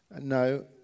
no